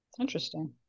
Interesting